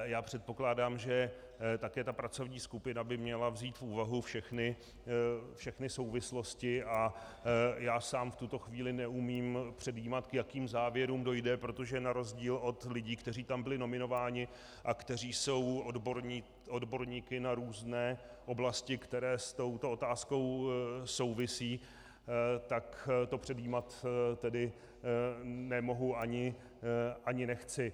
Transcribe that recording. Já předpokládám, že také ta pracovní skupina by měla vzít v úvahu všechny souvislosti, a já sám v tuto chvíli neumím předjímat, k jakým závěrům dojde, protože na rozdíl od lidí, kteří tam byli nominováni a kteří jsou odborníky na různé oblasti, které s touto otázkou souvisí, tak to předjímat tedy nemohu ani nechci.